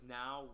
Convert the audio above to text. now